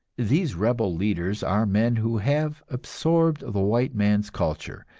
these rebel leaders are men who have absorbed the white man's culture,